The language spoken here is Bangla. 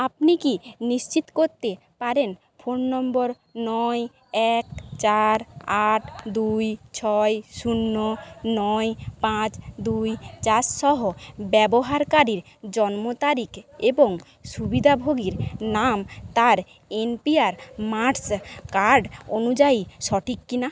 আপনি কি নিশ্চিত করতে পারেন ফোন নম্বর নয় এক চার আট দুই ছয় শূন্য নয় পাঁচ দুই চার সহ ব্যবহারকারীর জন্ম তারিখ এবং সুবিধাভোগীর নাম তার এনপিআর মার্কস কার্ড অনুযায়ী সঠিক কি না